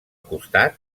costat